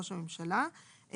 ראש הממשלה."".